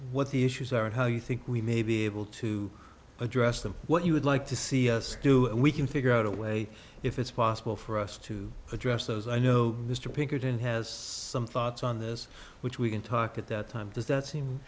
what the issues are and how you think we may be able to address them what you would like to see us do and we can figure out a way if it's possible for us to address those i know mr pinkerton has some thoughts on this which we can talk at that time does that seem